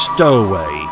Stowaway